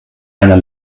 einer